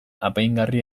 apaingarri